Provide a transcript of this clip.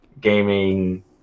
gaming